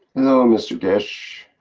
mr keshe.